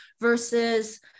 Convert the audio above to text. versus